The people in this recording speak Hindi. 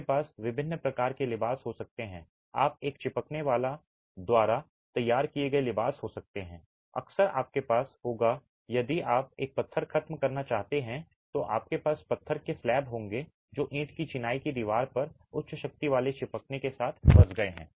आपके पास विभिन्न प्रकार के लिबास हो सकते हैं आप एक चिपकने वाले द्वारा तय किए गए लिबास हो सकते हैं अक्सर आपके पास होगा यदि आप एक पत्थर खत्म करना चाहते हैं तो आपके पास पत्थर के स्लैब होंगे जो ईंट की चिनाई की दीवार पर उच्च शक्ति वाले चिपकने के साथ फंस गए हैं